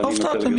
לא הופתעתם,